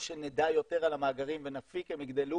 שנדע יותר על המאגרים ונפיק הם יגדלו